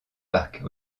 parcs